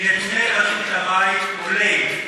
מנתוני רשות המים עולה,